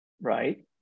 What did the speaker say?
right